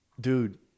Dude